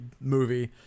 movie